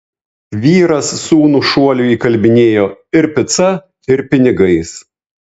vyras sūnų šuoliui įkalbinėjo ir pica ir pinigais